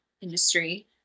industry